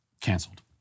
canceled